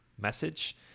message